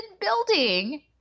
building